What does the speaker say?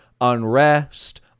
unrest